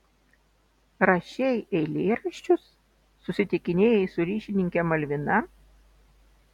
rašei eilėraščius susitikinėjai su ryšininke malvina